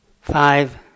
five